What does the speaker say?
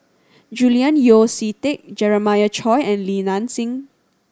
Julian Yeo See Teck Jeremiah Choy and Li Nanxing